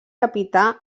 capità